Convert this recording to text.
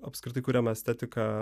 apskritai kuriamą estetiką